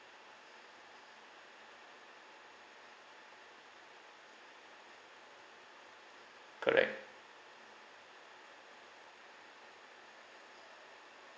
correct